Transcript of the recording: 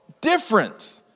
difference